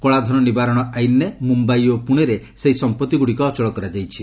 କଳାଧନ ନିବାରଣ ଆଇନ୍ରେ ମୁମ୍ବାଇ ଓ ପୁଣେରେ ସେହି ସମ୍ପଭିଗୁଡ଼ିକ ଅଚଳ କରାଯାଇଛି